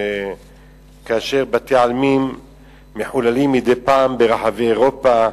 כאשר בתי-עלמין מחוללים מדי פעם ברחבי אירופה,